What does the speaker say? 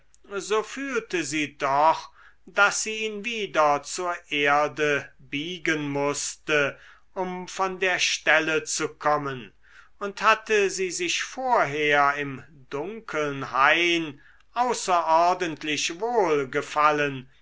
so fühlte sie doch daß sie ihn wieder zur erde biegen mußte um von der stelle zu kommen und hatte sie sich vorher im dunkeln hain außerordentlich